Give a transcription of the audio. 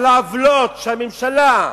על העוולות שהממשלה,